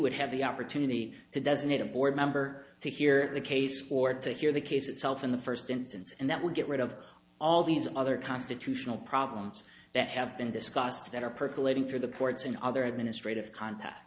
would have the opportunity to doesn't need a board member to hear the case or to hear the case itself in the first instance and that would get rid of all these other constitutional problems that have been discussed that are percolating through the courts in other administrative contact